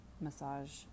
massage